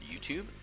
YouTube